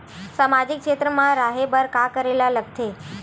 सामाजिक क्षेत्र मा रा हे बार का करे ला लग थे